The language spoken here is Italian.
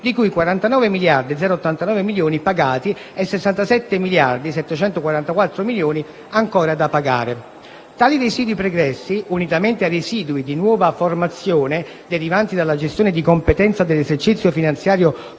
di cui 49.089 milioni pagati e 67.744 milioni ancora da pagare. Tali residui pregressi, unitamente ai residui di nuova formazione derivanti dalla gestione di competenza dell'esercizio finanziario 2017,